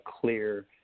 clear